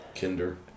kinder